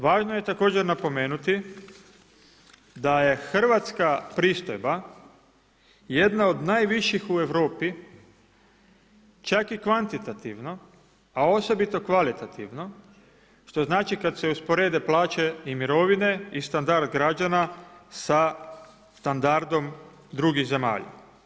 Važno je također napomenuti da je hrvatska pristojba jedna od najviših u Europi, čak i kvantitativno, a osobito kvalitativno, što znači, kada se usporede plaće i mirovine i standard građana sa standardom drugih zemalja.